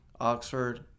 Oxford